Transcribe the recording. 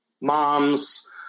moms